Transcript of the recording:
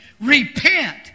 Repent